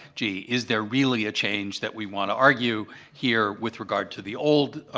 gee, is there really a change that we want to argue here with regard to the old